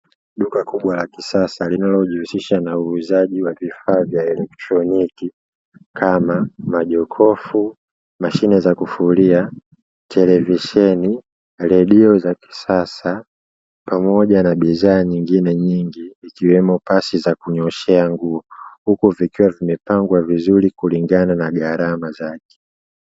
Duka kubwa la kisasa linalojihusisha na uuzaji wa vifaa vya elektroniki kama: majokofu, mashine za kufulia, televisheni, redio za kisasa, pamoja na bidhaa nyingine nyingi ikiwemo pasi za kunyooshea nguo; huku vikiwa vimepangwa vizuri kulingana na gharama zake.